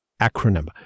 acronym